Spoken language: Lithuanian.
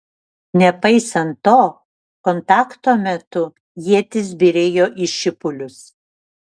nepaisant to kontakto metu ietys byrėjo į šipulius